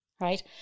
right